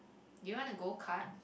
you want a go kart